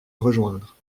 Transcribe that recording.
rejoindre